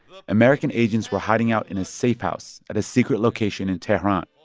american agents were hiding out in a safehouse at a secret location in tehran,